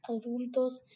adultos